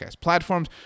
platforms